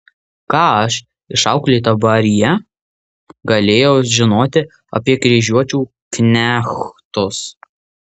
ką aš išauklėta baryje galėjau žinoti apie kryžiuočių knechtus